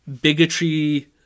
bigotry